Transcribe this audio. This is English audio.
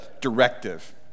directive